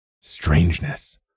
strangeness